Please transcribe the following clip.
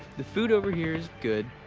the food over here is good,